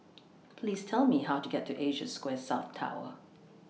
Please Tell Me How to get to Asia Square South Tower